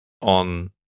on